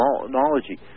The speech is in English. technology